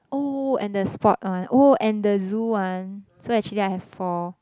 oh and the sport one oh and the zoo one so actually I have four